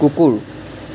কুকুৰ